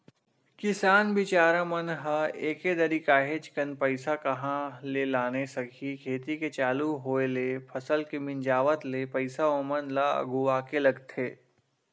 किसान बिचारा मन ह एके दरी काहेच कन पइसा कहाँ ले लाने सकही खेती के चालू होय ले फसल के मिंजावत ले पइसा ओमन ल अघुवाके लगथे